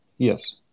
Yes